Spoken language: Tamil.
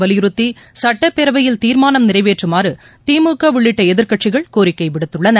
வலிபுறுத்தி சுட்டப்பேரவையில் தீர்மானம் நிறைவேற்றுமாறு திமுக உள்ளிட்ட எதிர்கட்சிகள் கோரிக்கை விடுத்துள்ளன